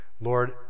Lord